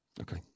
Okay